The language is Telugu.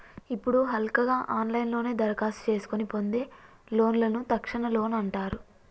ఇప్పుడు హల్కగా ఆన్లైన్లోనే దరఖాస్తు చేసుకొని పొందే లోన్లను తక్షణ లోన్ అంటారు